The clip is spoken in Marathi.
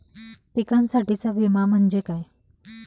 पिकांसाठीचा विमा म्हणजे काय?